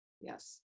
Yes